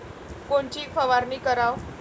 कोनची फवारणी कराव?